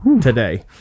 today